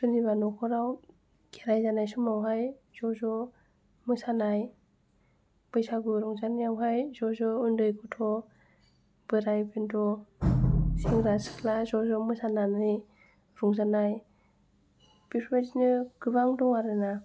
सोरनिबा न'खराव खेराइ जानाय समावहाय ज' ज' मोसानाय बैसागु रंजानायावहाय ज' ज' उन्दै गथ' बोराय बेन्थ' सेंग्रा सिख्ला ज' ज' मोसानानै रंजानाय बेफोरबायदिनो गोबां दं आरो ना